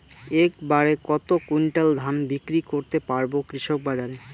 এক বাড়ে কত কুইন্টাল ধান বিক্রি করতে পারবো কৃষক বাজারে?